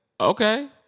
Okay